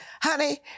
honey